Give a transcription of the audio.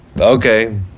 okay